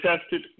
tested